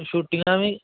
ਛੁੱਟੀਆਂ ਵੀ